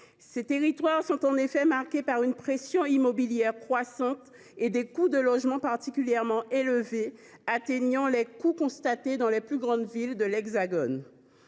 Ces territoires sont en effet marqués par une pression immobilière croissante et des coûts de logement particulièrement élevés, atteignant les niveaux constatés dans les plus grandes villes de l’Hexagone.